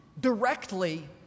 directly